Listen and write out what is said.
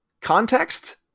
context